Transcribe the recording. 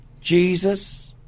Jesus